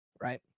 right